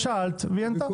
שאלת והיא ענתה.